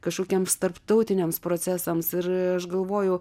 kažkokiems tarptautiniams procesams ir aš galvoju